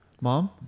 Mom